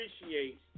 appreciate